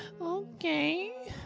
Okay